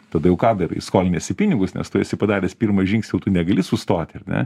tada jau ką darai skoliniesi pinigus nes tu esi padaręs pirmą žingsnį jau tu negali sustoti ar ne